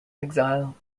exile